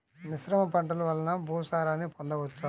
మిశ్రమ పంటలు వలన భూసారాన్ని పొందవచ్చా?